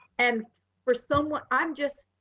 and for someone i'm just,